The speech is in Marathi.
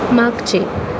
मागचे